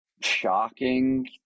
shocking